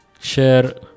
share